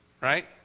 right